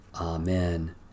Amen